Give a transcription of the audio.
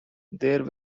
there